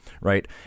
right